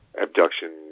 abduction